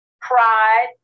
pride